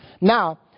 Now